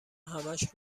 همش